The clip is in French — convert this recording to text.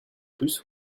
plus